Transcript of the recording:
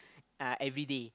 uh everyday